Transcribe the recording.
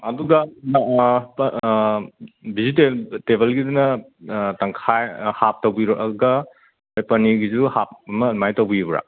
ꯑꯗꯨꯒ ꯚꯦꯖꯤꯇꯦꯕꯜꯒꯤꯗꯨꯅ ꯇꯪꯈꯥꯏ ꯍꯥꯞ ꯇꯧꯕꯤꯔꯛꯑꯒ ꯄꯅꯤꯔꯒꯤꯁꯨ ꯍꯥꯞ ꯑꯃ ꯑꯗꯨꯃꯥꯏ ꯇꯧꯕꯤꯌꯨꯔꯥ